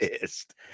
pissed